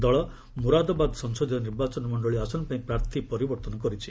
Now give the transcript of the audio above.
ଦଳ ମୁରାଦାବାଦ ସଂସଦୀୟ ନିର୍ବାଚନ ମଣ୍ଡଳୀ ଆସନ ପାଇଁ ପ୍ରାର୍ଥୀ ପରିବର୍ଭନ କରିଛି